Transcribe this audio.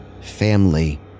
family